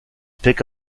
pick